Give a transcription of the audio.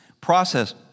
process